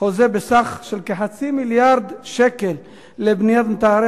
חוזה בסך של כ-0.5 מיליארד שקל לבניית מטהרי